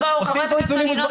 עושים פה איזונים ודברים אחרים.